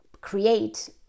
create